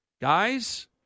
guys